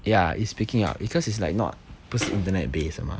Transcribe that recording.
ya it's picking up because it's like not 不是 internet based 的 mah